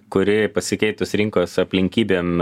kuri pasikeitus rinkos aplinkybėm